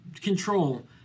control